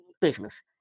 business